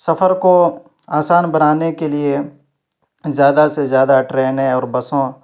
سفر کو آسان بنانے کے لیے زیادہ سے زیادہ ٹرینیں اور بسوں